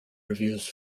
reviews